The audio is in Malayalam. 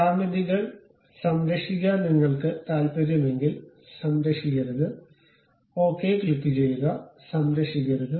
ജ്യാമിതികൾ സംരക്ഷിക്കാൻ നിങ്ങൾക്ക് താൽപ്പര്യമില്ലെങ്കിൽ സംരക്ഷിക്കരുത് ഓക്കേ ക്ലിക്കുചെയ്യുക സംരക്ഷിക്കരുത്